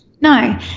No